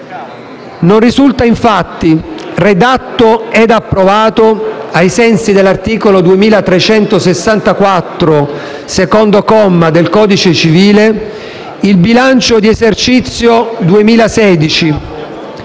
Non risulta infatti redatto ed approvato, ai sensi dell'articolo 2364, secondo comma, del codice civile, il bilancio di esercizio 2016,